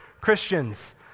Christians